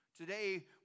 today